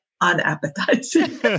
unappetizing